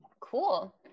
Cool